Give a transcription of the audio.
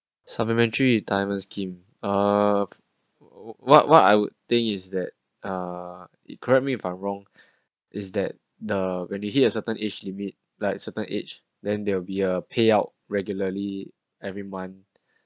supplementary retirement scheme uh what what I would think is that uh it correct me if I'm wrong is that the when you hit a certain age limit like certain age then there will be a payout regularly every month